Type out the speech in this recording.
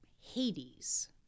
Hades